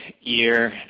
year